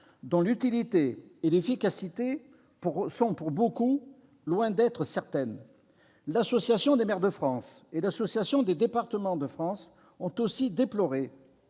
dont l'utilité et l'efficacité sont, pour beaucoup, loin d'être certaines. L'Association des maires de France et l'Assemblée des départements de France, qui